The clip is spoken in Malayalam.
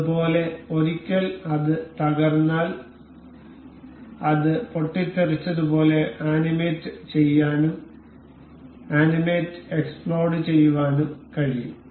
അതുപോലെ ഒരിക്കൽ അത് തകർന്നാൽ അത് പൊട്ടിത്തെറിച്ചതുപോലെ ആനിമേറ്റുചെയ്യാനും ആനിമേറ്റ് എക്സ്പ്ലോഡ് ചെയ്യുവാനും കഴിയും